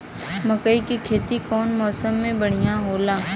मकई के खेती कउन मौसम में बढ़िया होला?